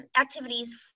activities